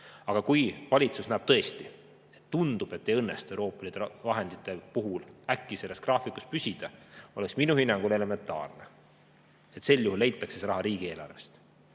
Aga kui valitsus nägi tõesti, et tundus, et ei õnnestu Euroopa Liidu vahendite [kasutamise] graafikus püsida, oleks minu hinnangul olnud elementaarne, et sel juhul leitakse see raha riigieelarvest.